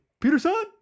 Peterson